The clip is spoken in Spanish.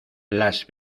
las